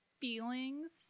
feelings